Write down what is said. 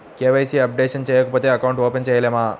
KYC updation చేయకపోతే account open చేయలేమా?